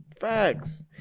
Facts